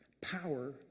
power